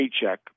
paycheck